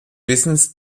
wissens